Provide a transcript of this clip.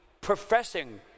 professing